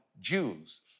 Jews